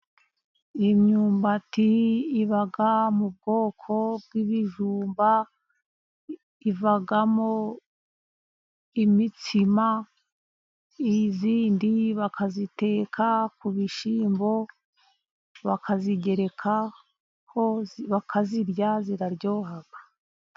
Imyumbati iba mu bwoko bw’ibijumba, ivamo imitsima. Izindi bakaziteka ku bishyimbo bakazigerekaho bakazirya, ziraryoha.